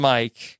Mike